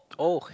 oh